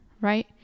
right